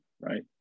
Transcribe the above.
right